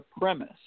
premise